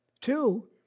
Two